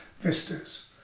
vistas